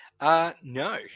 No